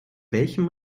welchem